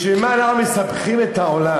בשביל מה אנחנו מסבכים את העולם?